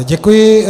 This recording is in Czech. Děkuji.